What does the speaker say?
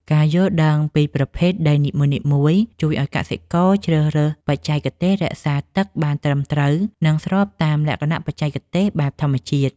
ការយល់ដឹងពីប្រភេទដីនីមួយៗជួយឱ្យកសិករជ្រើសរើសបច្ចេកទេសរក្សាទឹកបានត្រឹមត្រូវ និងស្របតាមលក្ខណៈបច្ចេកទេសបែបធម្មជាតិ។